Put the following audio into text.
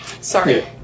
Sorry